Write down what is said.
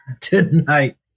tonight